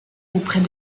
auprès